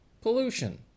Pollution